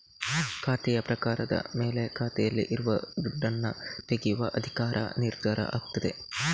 ಖಾತೆಯ ಪ್ರಕಾರದ ಮೇಲೆ ಖಾತೆಯಲ್ಲಿ ಇರುವ ದುಡ್ಡನ್ನ ತೆಗೆಯುವ ಅಧಿಕಾರ ನಿರ್ಧಾರ ಆಗ್ತದೆ